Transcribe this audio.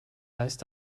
heißt